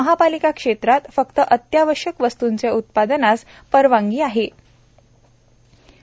महापालिका क्षेत्रात फक्त अत्यावश्यक वस्तूंचे उत्पादनास परवानगी दिली जाते